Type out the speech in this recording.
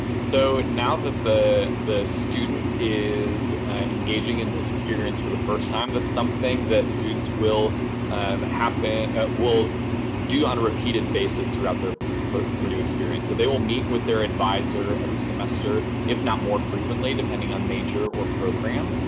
so now that the the student is engaging in this experience for the first time, that's something that students will happen will do on a repeated basis throughout their purdue experience. so they will meet with their adviser every semester, if not more frequently, depending on major or program.